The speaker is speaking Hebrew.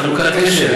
מה זה, חלוקת קשב?